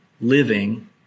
living